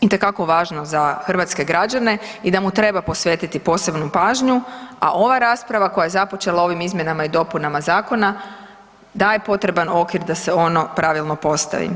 itekako važno za hrvatske građane i da mu treba posvetiti posebnu pažnju, a ova rasprava koja je započela ovim izmjenama i dopunama zakona daje potreban okvir da se ono pravilno postavi.